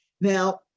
Now